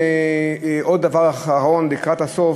עוד דבר אחרון לקראת הסוף,